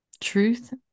truth